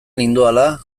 nindoala